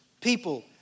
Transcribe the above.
people